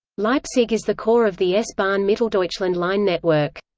leipzig is the core of the s-bahn mitteldeutschland line network.